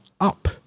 up